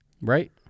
right